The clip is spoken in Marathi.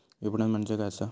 विपणन म्हणजे काय असा?